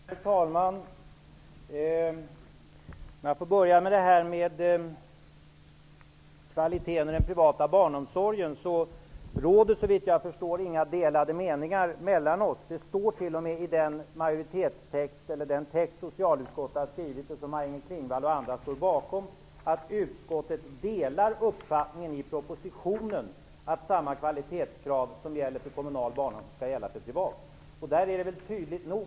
Herr talman! Såvitt jag förstår råder det inga delade meningar mellan oss om kvaliteten i den privata barnomsorgen. Det står t.o.m. i den text som socialutskottet har skrivit, och som Maj-Inger Klingvall och andra står bakom, att utskottet delar uppfattningen i propositionen att samma kvalitetskrav skall gälla för kommunal barnomsorg som för privat.